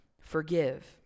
forgive